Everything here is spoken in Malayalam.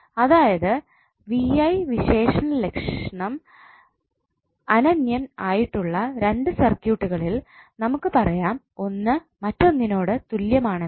അതായത് V I വിശേഷലക്ഷണം അനന്യം ആയിട്ടുള്ള രണ്ട് സർക്യൂട്ടുകളിൽ നമുക്ക് പറയാം ഒന്ന് മറ്റൊന്നിനോട് തുല്യമാണെന്ന്